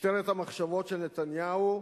משטרת המחשבות של נתניהו,